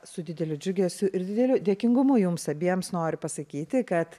su dideliu džiugesiu ir dideliu dėkingumu jums abiems nori pasakyti kad